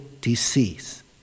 disease